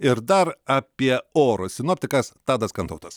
ir dar apie orus sinoptikas tadas kantautas